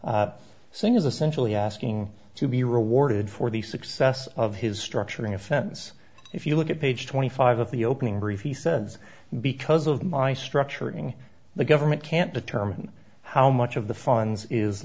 are seen as essential the asking to be rewarded for the success of his structuring offense if you look at page twenty five of the opening brief he says because of my structuring the government can't determine how much of the funds is